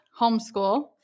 homeschool